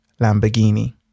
Lamborghini